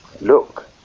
Look